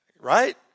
Right